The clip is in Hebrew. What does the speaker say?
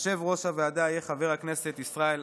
יושב-ראש הוועדה יהיה חבר הכנסת ישראל אייכלר.